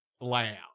layout